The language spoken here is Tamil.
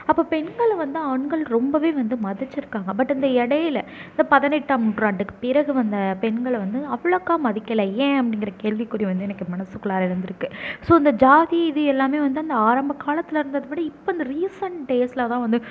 அப்போது பெண்களை வந்து ஆண்கள் ரொம்பவே வந்து மதிச்சிருக்காங்க பட் அந்த இடையில இந்த பதினெட்டாம் நூற்றாண்டுக்கு பிறகு வந்த பெண்களை வந்து அவ்வளக்கா மதிக்கலை ஏன் அப்படிங்கிற கேள்விக்குறி வந்து எனக்கு மனசுக்குள்ளாற இருந்திருக்கு ஸோ இந்த ஜாதி இது எல்லாமே வந்து அந்த ஆரம்பக்காலத்தில் இருந்தததுபடி இப்ப இந்த ரீசன்ட் டேஸ்லதான் வந்து